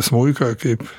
smuiką kaip